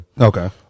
Okay